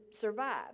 survive